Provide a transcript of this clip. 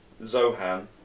Zohan